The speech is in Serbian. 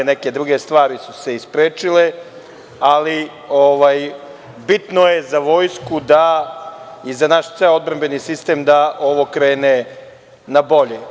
Neke druge stvari su nam se isprečile, ali bitno je za Vojsku i za naš ceo odbrambeni sistem da ovo krene na bolje.